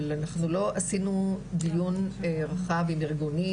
אבל אנחנו לא עשינו דיון רחב עם ארגונים,